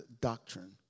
doctrine